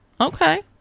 Okay